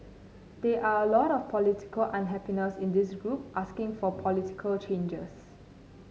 there are a lot of political unhappiness in this group asking for political changes